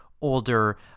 older